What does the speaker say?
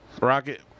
rocket